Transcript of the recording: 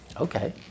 Okay